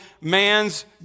man's